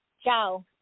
Ciao